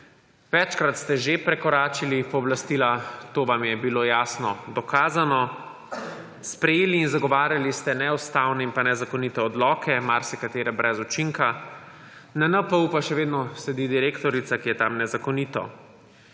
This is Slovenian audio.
Večkrat ste že prekoračili pooblastila, to vam je bilo jasno dokazano. Sprejeli in zagovarjali ste neustavne in nezakonite odloke, marsikatere brez učinka, na NPU pa še vedno sedi direktorica, ki je tam nezakonito.